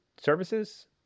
services